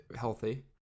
healthy